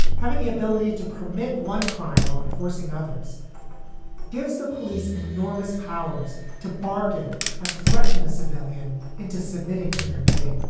having the ability to permit one crime while enforcing others gives the police enormous powers to bargain and threaten the civilian into submitting to their bidding,